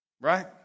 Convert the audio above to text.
Right